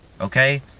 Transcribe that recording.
Okay